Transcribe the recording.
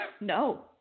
No